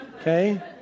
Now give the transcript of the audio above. Okay